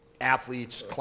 athletes